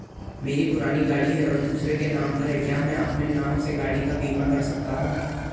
मेरी पुरानी गाड़ी है और दूसरे के नाम पर है क्या मैं अपने नाम से गाड़ी का बीमा कर सकता हूँ?